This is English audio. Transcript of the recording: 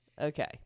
Okay